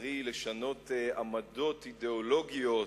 מוסרי לשנות עמדות אידיאולוגיות,